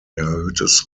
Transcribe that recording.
erhöhtes